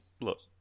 look –